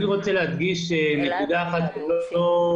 אבל אני מדבר כרגע על אותם אלה שלא מקבלים.